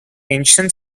ancient